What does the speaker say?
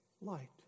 light